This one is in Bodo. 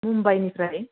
मुम्बाइनिफ्राय